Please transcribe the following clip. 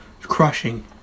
crushing